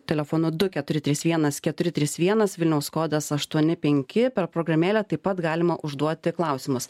telefonu du keturi trys vienas keturi trys vienas vilniaus kodas aštuoni penki per programėlę taip pat galima užduoti klausimus